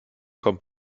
kommt